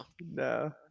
No